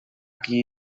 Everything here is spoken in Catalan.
qui